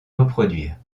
reproduire